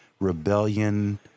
rebellion